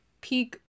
peak